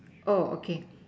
oh okay